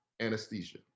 anesthesia